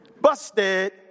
Busted